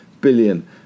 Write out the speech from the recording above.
billion